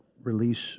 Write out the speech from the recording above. release